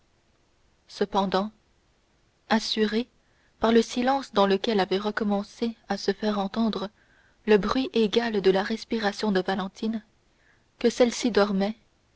cependant assurée par le silence dans lequel avait recommencé à se faire entendre le bruit égal de la respiration de valentine que celle-ci dormait